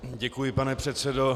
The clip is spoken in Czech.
Děkuji, pane předsedo.